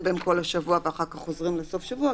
בהם כל השבוע ואחר כך חוזרים לסוף שבוע,